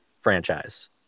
franchise